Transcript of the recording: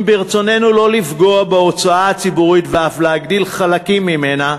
אם ברצוננו לא לפגוע בהוצאה הציבורית ואף להגדיל חלקים ממנה,